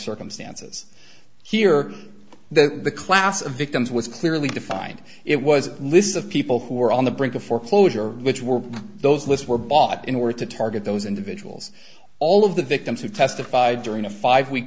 circumstances here the class of victims was clearly defined it was lists of people who are on the brink of foreclosure which were those lists were bought in order to target those individuals all of the victims who testified during a five week